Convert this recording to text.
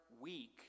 week